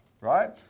right